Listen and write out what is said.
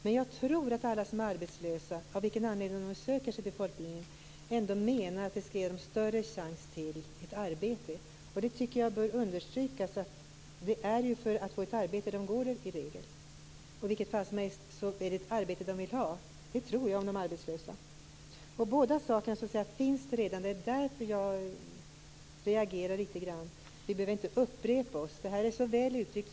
Men jag tror att alla som är arbetslösa, oavsett av vilken anledning de söker sig till folkbildningen, ändå menar att den skall ge dem större chans till ett arbete. Jag tycker att det bör understrykas att det i regel är för att få ett arbete som de går där. I vilket fall som helst är det ett arbete de vill ha om de är arbetslösa. Båda sakerna finns redan. Det är därför jag reagerar litet grand. Vi behöver inte upprepa oss. Det här är så väl uttryckt.